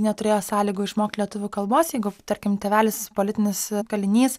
neturėjo sąlygų išmokt lietuvių kalbos jeigu tarkim tėvelis politinis kalinys